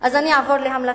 אני אעבור להמלצות.